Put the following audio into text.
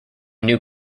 new